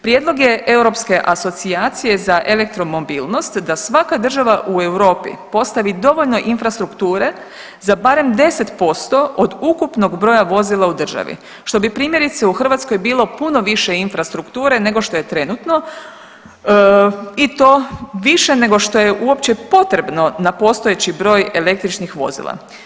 Prijedlog je europske asocijacije za elektromobilnost, da svaka država u Europi postavi dovoljno infrastrukture za barem 10% od ukupnog broja vozila u državi što bi primjerice u Hrvatskoj bilo puno više infrastrukture nego što je trenutno i to više nego što je uopće potrebno na postojeći broj električnih vozila.